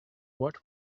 what